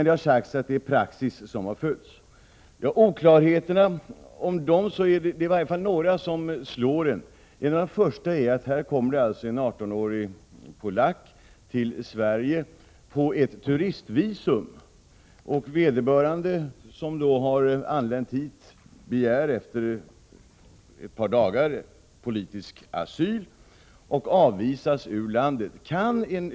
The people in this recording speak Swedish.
Det har emellertid sagts att man bara har följt praxis. Det är några oklarheter som slår en. En av de första är att det kommer en 18-årig polack till Sverige på ett turistvisum. Vederbörande som har anlänt hit begär efter ett par dagar politisk asyl och avvisas ur landet.